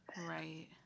right